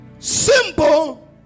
Simple